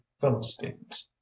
philistines